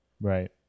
Right